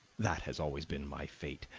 that has always been my fate.